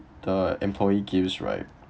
the employee gives right